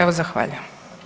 Evo zahvaljujem.